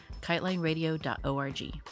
KiteLineRadio.org